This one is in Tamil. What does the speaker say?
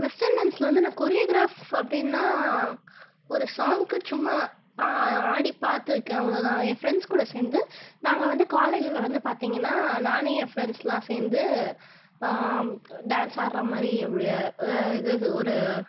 வெஸ்டன் டான்ஸில் வந்து நான் கோரியோகிராஃப் அப்படின்னா ஒரு சாங்க்கு சும்மா ஆடி பார்த்துருக்கேன் அவ்வளோதான் என் ஃபிரெண்ட்ஸ் கூட சேர்ந்து நாங்கள் வந்து காலேஜில் வந்து பார்த்திங்கன்னா நான் என் ஃபிரெண்ட்ஸ்லாம் சேர்ந்து டான்ஸ் ஆடுகிற மாதிரி இது ஒரு